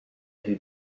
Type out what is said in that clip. who